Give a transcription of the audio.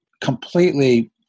completely